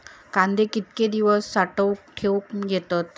कांदे कितके दिवस साठऊन ठेवक येतत?